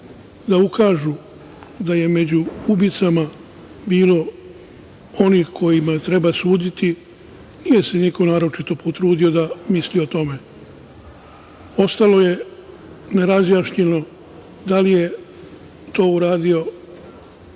da ukažu da je među ubicama bilo onih kojima treba suditi, nije se niko naročito potrudio da misli o tome. Ostalo je nerazjašnjeno da li je to uradio